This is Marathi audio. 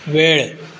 वेळ